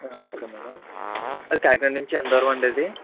okay madam Kakinada నుంచి ఎంత దూరం అండి అది